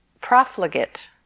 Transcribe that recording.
profligate